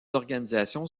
organisations